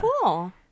cool